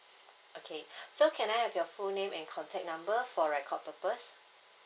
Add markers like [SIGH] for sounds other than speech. okay [BREATH] so can I have your full name and contact number for record purpose